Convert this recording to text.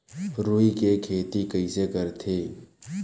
रुई के खेती कइसे करथे?